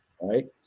Right